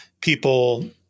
people –